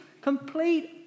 complete